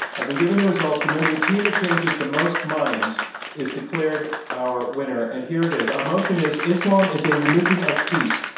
i've been given the results. remember, the team that changes the most minds is declared our winner and here it is. our motion is islam is a religion of peace.